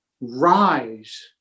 rise